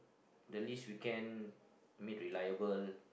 the least we can made reliable